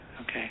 Okay